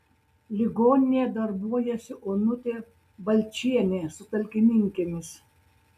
ligoninėje darbuojasi onutė balčienė su talkininkėmis